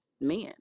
men